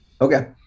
Okay